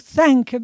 thank